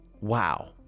Wow